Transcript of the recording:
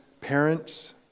parents